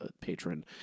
patron